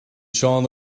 seán